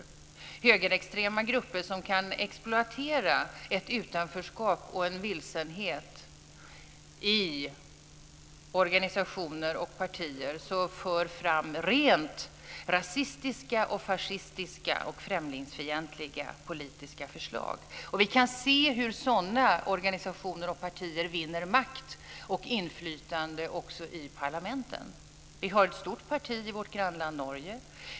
Det är högerextrema grupper som kan exploatera ett utanförskap och en vilsenhet i organisationer och partier, och de för fram rent rasistiska, fascistiska och främlingsfientliga politiska förslag. Vi kan se hur sådana organisationer och partier vinner makt och inflytande också i parlamenten. Vi har ett stort parti i vårt grannland Norge.